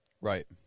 Right